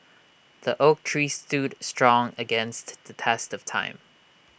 the oak tree stood strong against the test of time